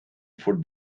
for